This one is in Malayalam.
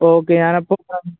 ഓക്കെ ഞാനപ്പം